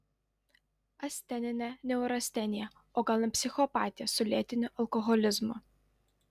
asteninė neurastenija o gal net psichopatija su lėtiniu alkoholizmu